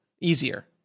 Easier